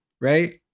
right